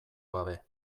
gabe